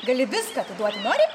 gali viską atiduoti nori